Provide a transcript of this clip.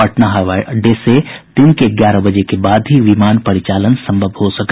पटना हवाई अड्डे से दिन के ग्यारह बजे के बाद ही विमान परिचालन संभव हो सका